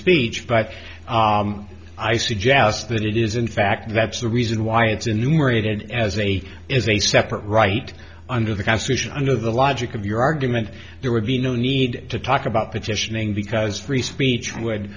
speech but i suggest that it is in fact that's the reason why it's a numerated as a is a separate right under the constitution under the logic of your argument there would be no need to talk about petitioning because free speech would